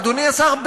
אדוני השר,